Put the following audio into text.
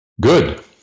Good